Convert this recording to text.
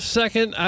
second